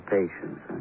patience